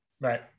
right